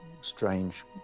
strange